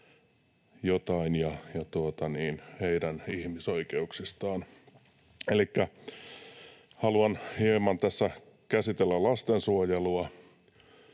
jotain ja heidän ihmisoikeuksistaan. Elikkä haluan hieman tässä käsitellä lastensuojelua,